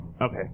Okay